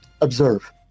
Observe